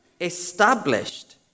established